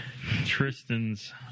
Tristan's